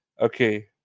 Okay